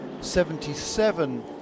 77